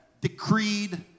decreed